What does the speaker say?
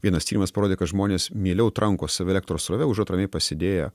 vienas tyrimas parodė kad žmonės mieliau tranko save elektros srove užuot ramiai pasėdėję